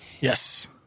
Yes